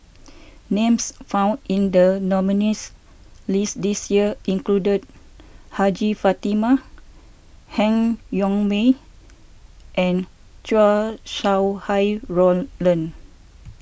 names found in the nominees' list this year include Hajjah Fatimah Han Yong May and Chow Sau Hai Roland